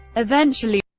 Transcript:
eventually